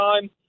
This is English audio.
time